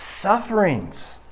Sufferings